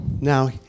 Now